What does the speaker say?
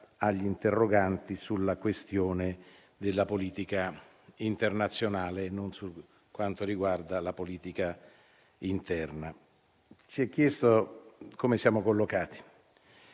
agli interroganti sulla questione della politica internazionale, e non sulla politica interna. Si è chiesto come siamo collocati.